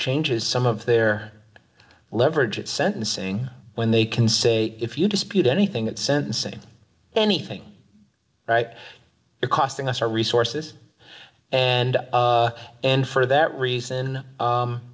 changes some of their leverage at sentencing when they can so if you dispute anything at sentencing anything right there costing us our resources and and for that reason